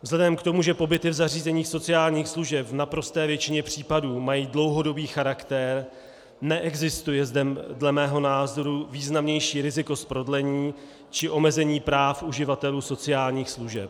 Vzhledem k tomu, že pobyty v zařízení sociálních služeb v naprosté většině případů mají dlouhodobý charakter, neexistuje zde dle mého názoru významnější riziko z prodlení či omezení práv uživatelů sociálních služeb.